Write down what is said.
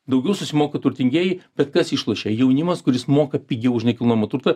daugiau susimoka turtingieji bet kas išlošia jaunimas kuris moka pigiau už nekilnojamą turtą